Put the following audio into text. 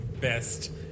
Best